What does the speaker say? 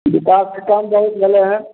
विकास के काम बहुत भेलै हन